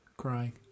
crying